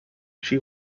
she